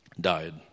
died